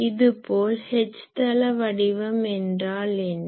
இது போல் H தள வடிவம் என்றால் என்ன